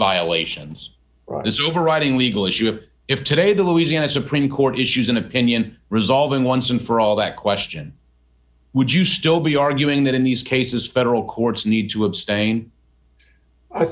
violations or is overriding legal issue of if today the louisiana supreme court issues an opinion resolving once and for all that question would you still be arguing that in these cases federal courts need to abstain i